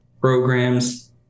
programs